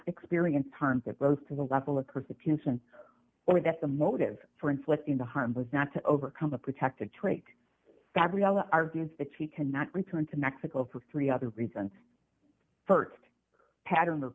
experience harm that rose to the level of persecution or that the motive for inflicting the harm was not to overcome the protective trait gabrielle argues that she cannot return to mexico for three other reasons st pattern of